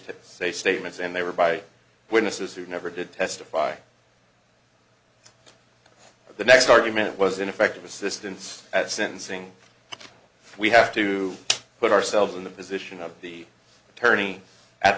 to say statements and they were by witnesses who never did testify the next argument was ineffective assistance at sentencing we have to put ourselves in the position of the attorney at